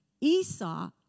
Esau